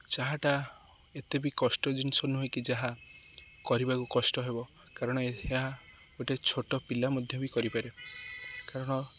ଚା'ଟା ଏତେ ବି କଷ୍ଟ ଜିନିଷ ନୁହେଁକି ଯାହା କରିବାକୁ କଷ୍ଟ ହେବ କାରଣ ଏହା ଗୋଟେ ଛୋଟ ପିଲା ମଧ୍ୟ ବି କରିପାରେ କାରଣ